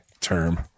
term